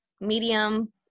medium